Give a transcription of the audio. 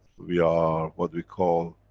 we are what we call.